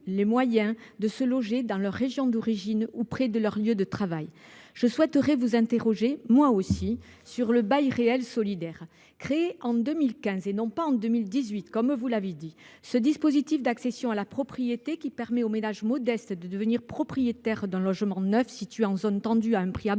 les moyens de se loger dans leur région d’origine ou près de leur lieu de travail. Je souhaite vous interroger, moi aussi, madame la ministre, sur le bail réel solidaire, créé en 2015, et non pas en 2018, comme vous l’avez dit. Ce dispositif d’accession à la propriété qui permet aux ménages modestes de devenir propriétaires d’un logement neuf situé en zone tendue, à un prix abordable,